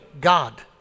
God